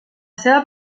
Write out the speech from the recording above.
seva